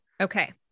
Okay